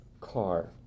car